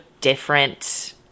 different